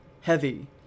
heavy